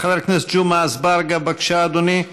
חבר הכנסת ג'מעה אזברגה, בבקשה, אדוני,